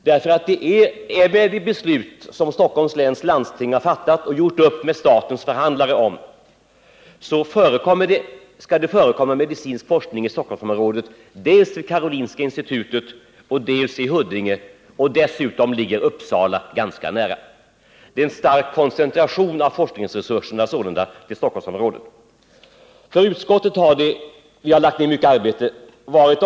Enligt det beslut som Stockholms läns landsting har fattat och gjort upp med statens förhandlare om skall det förekomma medicinsk forskning i Stockholmsområdet dels vid Karolinska institutet, dels i Huddinge. Dessutom ligger ju Uppsala med sina forskningsresurser ganska nära Stockholm. Det är sålunda en stark koncentration av de medicinska forskningsresurserna till Stockholmsområdet. Vi har i utskottet lagt ned mycket arbete på detta ärende.